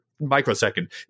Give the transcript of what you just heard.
microsecond